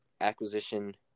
acquisition